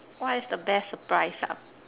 what is the best surprise ah